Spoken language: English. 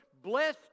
Bless